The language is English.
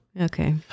Okay